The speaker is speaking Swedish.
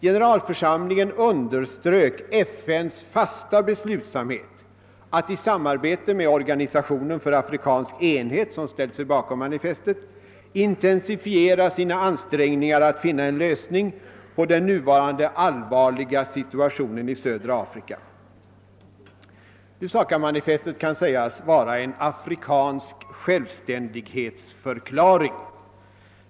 Generalförsamling en underströk FN:s fasta beslutsamhet att i samarbete med Organisationen för afrikansk enhet, som ställt sig bakom manifestet, intensifiera sina ansträngningar att finna en lösning på den nuvarande allvarliga situationen i södra Afrika. Lusakamanifestet kan sägas vara en afrikansk självständighetsförklaring.